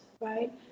right